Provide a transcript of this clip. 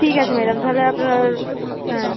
ঠিক আছে ম্যাডাম তাহলে আপনার হ্যাঁ